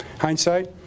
hindsight